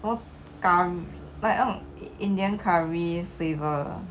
什么 like 那种 indian curry flavour